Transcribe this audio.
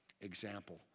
example